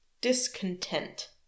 discontent